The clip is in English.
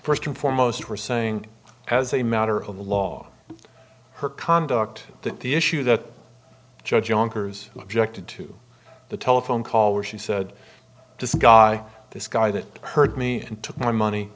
first and foremost we're saying as a matter of law her conduct that the issue that judge younkers objected to the telephone call where she said to sky this guy that heard me and took my money